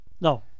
No